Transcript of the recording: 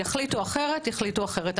יחליטו אחרת יחליטו אחרת.